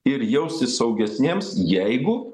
ir jaustis saugesniems jeigu